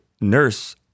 nurse